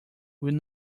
will